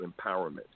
empowerment